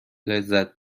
لذت